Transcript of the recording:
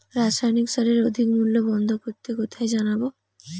রাসায়নিক সারের অধিক মূল্য বন্ধ করতে কোথায় জানাবো?